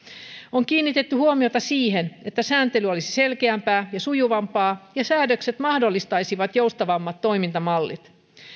on kiinnitetty huomiota siihen että sääntely olisi selkeämpää ja sujuvampaa ja säädökset mahdollistaisivat joustavammat toimintamallit